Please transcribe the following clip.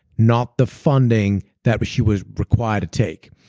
not the funding that but she was required to take.